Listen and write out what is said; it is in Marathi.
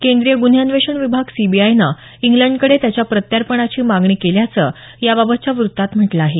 केंद्रीय गुन्हे अन्वेषण विभाग सीबीआयनं इंग्लंडकडे त्याच्या प्रत्यार्पणाची मागणी केल्याचं याबाबतच्या वृत्तात म्हटलं आहे